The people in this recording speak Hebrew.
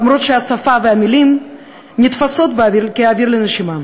למרות שהשפה והמילים נתפסות כאוויר לנשימה.